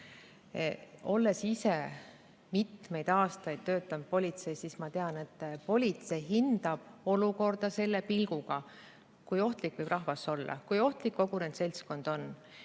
Olles ise mitmeid aastaid politseis töötanud, ma tean, et politsei hindab olukorda selle pilguga, kui ohtlik võib rahvas olla, kui ohtlik kogunenud seltskond on.